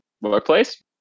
workplace